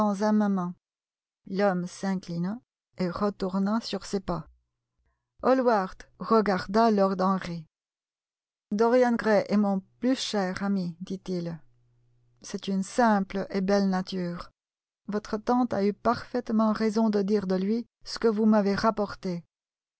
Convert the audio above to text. un moment l'homme s'inclina et retourna sur ses pas hallward regarda lord henry dorian gray est mon plus cher ami dit-il c'est une simple et belle nature votre tante a eu parfaitement raison de dire de lui ce que vous m'avez rapporté